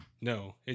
No